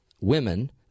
women